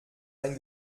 ein